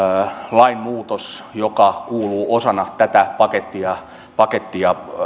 lainmuutos joka kuuluu osana tätä pakettia pakettia